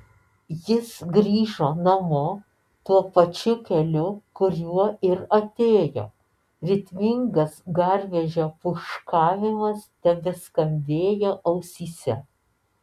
jis grįžo namo tuo pačiu keliu kuriuo ir atėjo ritmingas garvežio pūškavimas tebeskambėjo ausyse